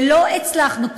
ולא הצלחנו,